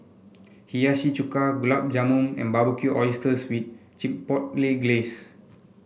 Hiyashi Chuka Gulab Jamun and Barbecued Oysters with Chipotle Glaze